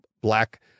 black